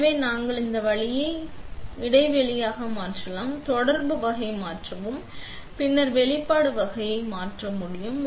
எனவே நாங்கள் இந்த வழியை நீங்கள் இடைவெளியை மாற்றலாம் தொடர்பு வகை மாற்றவும் பின்னர் வெளிப்பாடு வகையை மாற்றவும் முடியும்